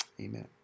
Amen